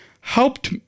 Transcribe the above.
helped